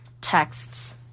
texts